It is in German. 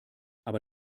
aber